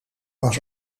was